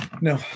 No